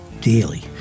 daily